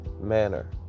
manner